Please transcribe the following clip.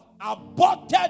aborted